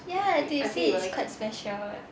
ya they say it's quite special